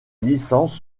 licences